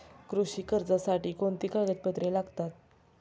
कृषी कर्जासाठी कोणती कागदपत्रे लागतात?